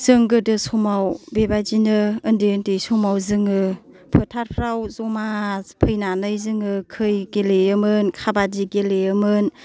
जों गोदो समाव बेबादिनो ओन्दै ओन्दै समाव जोङो फोथारफ्राव जमा फैनानै जोङो खै गेलेयाेमोन काबादि गेलेयोमोन